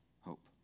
hope